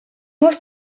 was